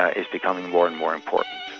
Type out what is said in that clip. ah is becoming more and more important.